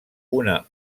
una